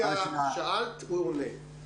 שאלת, הוא עונה.